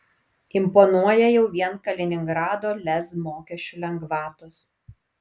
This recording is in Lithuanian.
imponuoja jau vien kaliningrado lez mokesčių lengvatos